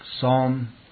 Psalm